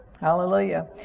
Hallelujah